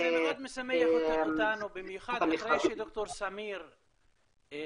זה מאוד משמח אותנו, במיוחד אחרי שד"ר סמיר הצביע